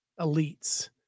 elites